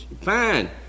fine